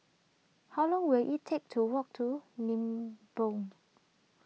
how long will it take to walk to Nibong